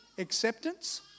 Acceptance